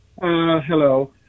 Hello